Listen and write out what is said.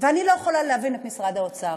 ואני לא יכולה להבין את משרד האוצר.